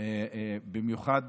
במיוחד